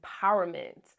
empowerment